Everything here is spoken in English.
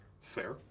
Fair